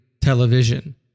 television